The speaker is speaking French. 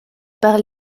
par